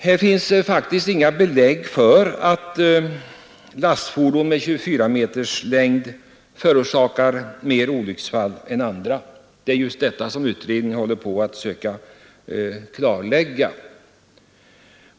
Det finns faktiskt inga belägg för att lastfordon med 24 meters längd förorsakar flera olycksfall än kortare fordon. Just detta söker utredningen klarlägga.